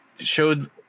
showed